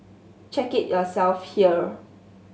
check it yourself here